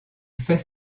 fait